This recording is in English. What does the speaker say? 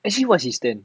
actually what his stand